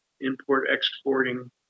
import-exporting